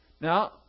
Now